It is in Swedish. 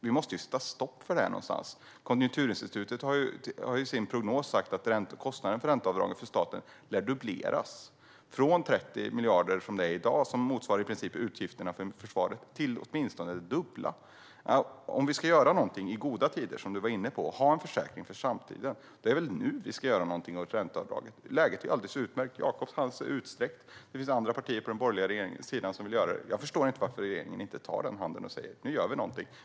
Vi måste sätta stopp för detta någonstans. Konjunkturinstitutet har i sin prognos sagt att kostnaden för ränteavdragen för staten lär dubbleras och alltså öka från 30 miljarder i dag, vilket i princip motsvarar utgifterna för försvaret, till åtminstone det dubbla. Om vi ska göra någonting i goda tider, som vi var inne på, och ha en försäkring för framtiden är det väl nu vi ska göra någonting åt ränteavdragen? Läget är alldeles utmärkt. Jakobs hand är utsträckt, och det finns också andra partier på den borgerliga sidan som vill göra detta. Jag förstår inte varför regeringen inte tar handen och säger: Nu gör vi någonting.